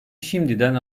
şimdiden